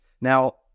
Now